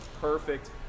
perfect